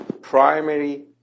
primary